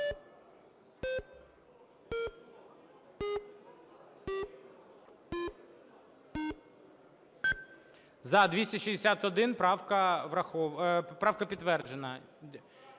За-261 Правка підтверджена.